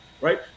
right